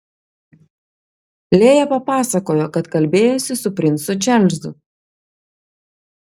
lėja papasakojo kad kalbėjosi su princu čarlzu